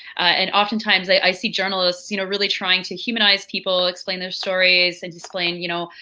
and oftentimes, i see journalists you know really trying to humanize people, explain their stories, and displaying, you know,